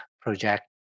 project